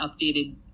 updated